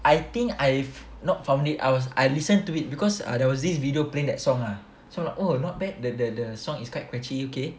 I think I've not formerly I was I listen to it because ah there was this video playing that song ah so like oh not bad the the the song is quite catchy okay